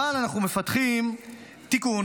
אבל אנחנו מפתחים תיקון